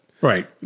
right